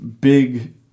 big